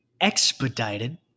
expedited